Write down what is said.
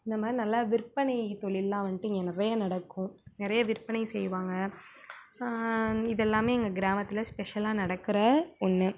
இந்த மாதிரி நல்லா விற்பனை தொழில்லாம் வந்துட்டு இங்கே நிறைய நடக்கும் நிறைய விற்பனை செய்வாங்க இதெல்லாமே எங்கள் கிராமத்தில் ஸ்பெஷல்லாக நடக்கிற ஒன்று